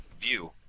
view